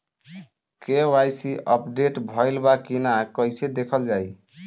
KYC update भइल बा कि ना कइसे देखल जाइ?